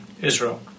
Israel